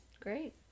Great